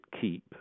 keep